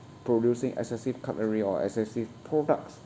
producing excessive cutlery or excessive products